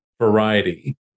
variety